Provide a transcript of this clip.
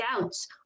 doubts